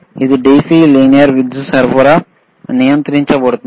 ఇది DC linear విద్యుత్ సరఫరా నియంత్రించబడుతుంది